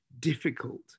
difficult